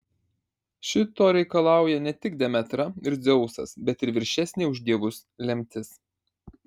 šito reikalauja ne tik demetra ir dzeusas bet ir viršesnė už dievus lemtis